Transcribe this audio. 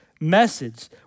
message